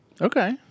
Okay